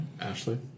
Ashley